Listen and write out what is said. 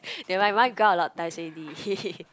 then mine mine go up a lot of times already